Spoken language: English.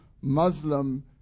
Muslim